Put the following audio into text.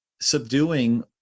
subduing